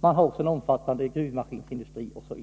Man har också en omfattande gruvmaskinsindustri osv.